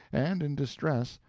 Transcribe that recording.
and in distress,